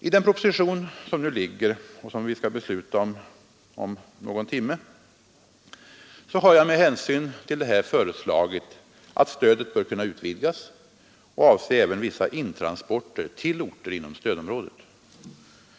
I den proposition som nu ligger och som vi skall besluta om inom någon timme har jag med hänsyn till det här föreslagit, att stödet bör kunna utvidgas till att avse även vissa intransporter till orter inom stödområdet.